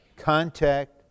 Contact